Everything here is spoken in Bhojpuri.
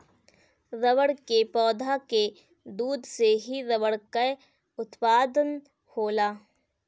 रबड़ के पौधा के दूध से ही रबड़ कअ उत्पादन होला